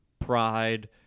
pride